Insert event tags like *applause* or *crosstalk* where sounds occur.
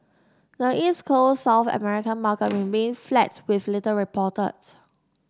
the East Coast South *noise* American market remained flat with little reported